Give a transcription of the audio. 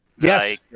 Yes